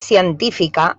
científica